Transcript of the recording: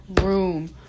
room